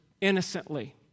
innocently